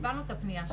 קיבלנו את הפנייה שלכן.